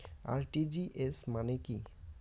RTGS মানে কি?